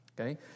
Okay